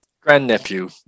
grandnephew